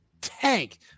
tank